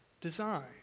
design